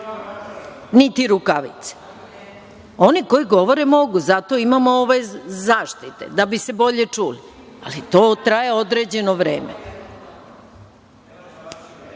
niti rukavice. Oni koji mogu. Zato imamo ove zaštite da bi se bolje čuli, ali to traje određeno vreme. To